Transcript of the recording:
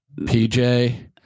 PJ